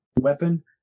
weapon